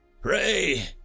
Pray